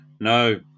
no